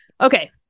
Okay